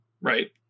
right